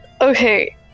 Okay